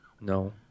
no